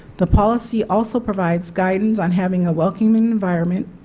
the policy also provides guidance on having a welcoming environment,